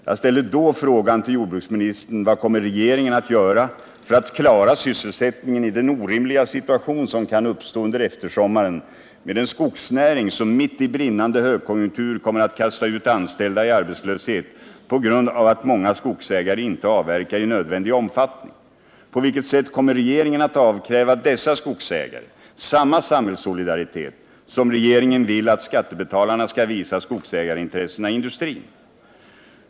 Jag ställde då frågan till jordbruksministern: Vad kommer regeringen att göra för att klara sysselsättningen i den orimliga situation som kan uppstå under eftersommaren med en skogsnäring som mitt i brinnande högkonjunktur kommer att kasta ut anställda i arbetslöshet på grund av att många skogsägare inte avverkar i nödvändig omfattning? På vilket sätt kommer regeringen att avkräva dessa skogsägare samma samhällssolidaritet som regeringen vill att skattebetalarna skall visa skogsägarintressena i industrin?